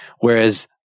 Whereas